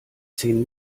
zehn